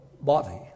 body